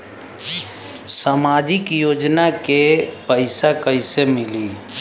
सामाजिक योजना के पैसा कइसे मिली?